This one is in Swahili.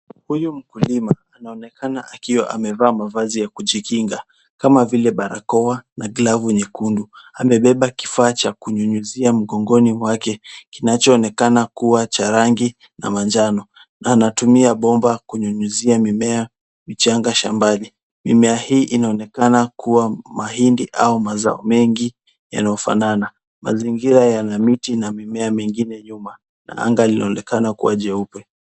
Huyu mkulima anaonekana akiwa amevaa mavazi ya kujikinga kama vile barakoa na glavu nyekundu. Amebeba kifaa cha kunyunyizia mgongoni mwake kinachoonekana kuwa cha rangi ya manjano na anatumia bomba kunyunyizia mimea michanga shambani. Mimea hii inaonekana kuwa mahindi au mazao mengi yaliofanana mazingira yana miti nyingine nyuma na anga linaonekana kuwa jeupe.